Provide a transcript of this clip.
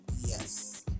Yes